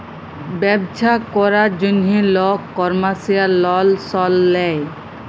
ব্যবছা ক্যরার জ্যনহে লক কমার্শিয়াল লল সল লেয়